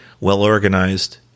well-organized